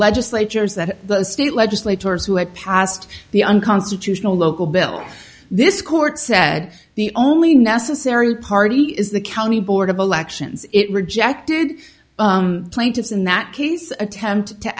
legislatures that the state legislators who had passed the unconstitutional local bill this court said the only necessary party is the county board of elections it rejected plaintiffs in that case attempt to